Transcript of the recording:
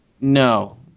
no